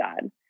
God